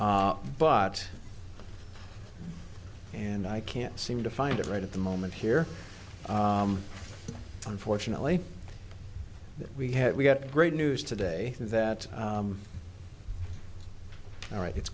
but and i can't seem to find it right at the moment here unfortunately we have we got great news today that alright it's